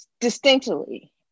distinctly